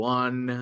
one